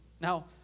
Now